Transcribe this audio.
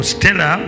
Stella